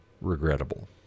regrettable